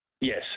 Yes